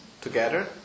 together